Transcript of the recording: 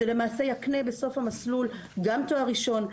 זה למעשה יקנה בסוף המסלול גם תואר ראשון,